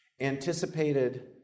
anticipated